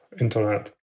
internet